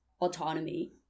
autonomy